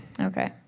Okay